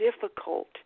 difficult